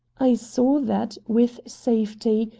i saw that, with safety,